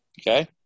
Okay